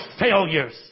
failures